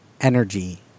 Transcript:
energy